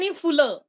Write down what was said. fuller